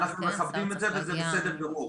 -- ואנחנו מכבדים את זה וזה בסדר גמור,